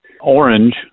Orange